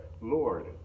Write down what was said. Lord